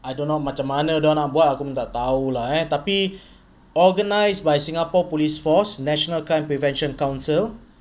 I don't know macam mana dia orang nak buat aku pun tak tahu lah eh tapi organised by singapore police force national crime prevention council